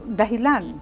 dahilan